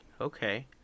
Okay